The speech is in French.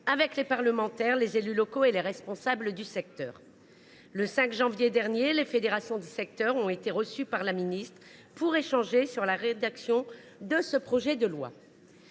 avec les parlementaires, les élus locaux et les responsables du secteur. Le 5 janvier dernier, les fédérations du secteur ont été reçues par la ministre pour échanger sur la rédaction de ce projet de loi.